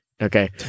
Okay